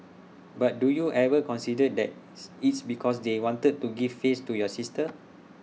but do you ever consider that's it's because they wanted to give face to your sister